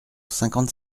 cinquante